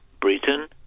Britain